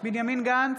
בנימין גנץ,